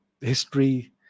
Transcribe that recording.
history